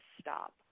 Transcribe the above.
stop